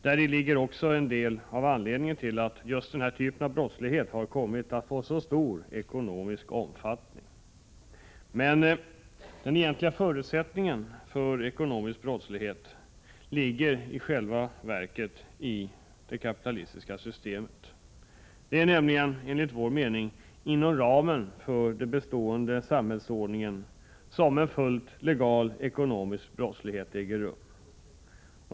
Däri ligger också en del av anledningen till att just denna typ av brottslighet har kommit att få så stor ekonomisk omfattning. Den egentliga förutsättningen för ekonomisk brottslighet ligger i själva verket i det kapitalistiska systemet. Det är nämligen, enligt vår mening, inom ramen för den bestående samhällsordningen som en fullt legal ekonomisk brottslighet äger rum.